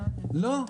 לא.